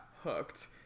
hooked